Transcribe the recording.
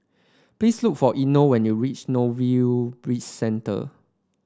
please look for Eino when you reach Bizcentre